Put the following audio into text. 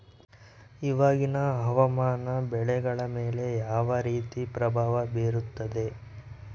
ಇವಾಗಿನ ಹವಾಮಾನ ಬೆಳೆಗಳ ಮೇಲೆ ಯಾವ ರೇತಿ ಪ್ರಭಾವ ಬೇರುತ್ತದೆ?